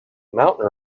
mountain